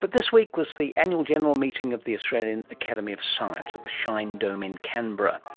but this week was the annual general meeting of the australian academy of science at the shine dome in canberra,